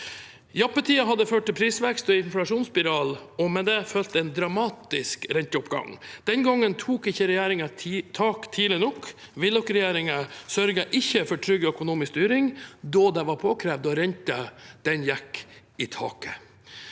Jappetiden hadde ført til prisvekst og inflasjonsspiral, og med det fulgte en dramatisk renteoppgang. Den gangen tok ikke regjeringen tak tidlig nok. Willoch-regjeringen sørget ikke for trygg økonomisk styring da det var påkrevd, og renten gikk i taket.